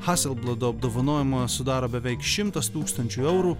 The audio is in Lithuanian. haselblado apdovanojimą sudaro beveik šimtas tūkstančių eurų